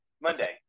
Monday